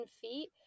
feet